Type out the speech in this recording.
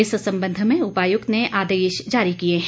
इस संबंध में उपायुक्त ने आदेश जारी किए हैं